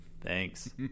Thanks